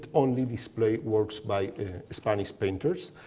only displayed works by spanish painters.